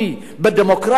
בדמוקרטיה.